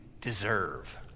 deserve